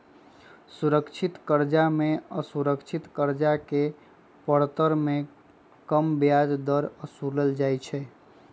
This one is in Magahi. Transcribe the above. सुरक्षित करजा में असुरक्षित करजा के परतर में कम ब्याज दर असुलल जाइ छइ